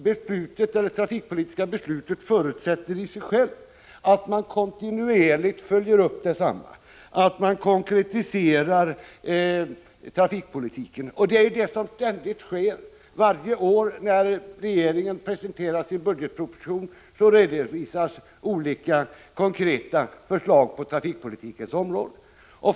Beslutet förutsätter emellertid i sig självt att det följs upp kontinuerligt och att trafikpolitiken konkretiseras. Detta sker ständigt — varje år när regeringen presenterar sin budgetproposition redovisas olika konkreta förslag på trafikpolitikens område.